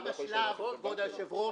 אתה בשלב עכשיו,